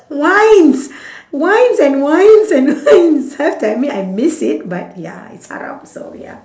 wines wines and wines and wines have to admit I miss it but ya it's haram so ya